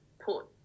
put